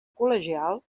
col·legial